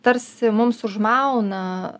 tarsi mums užmauna